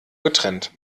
getrennt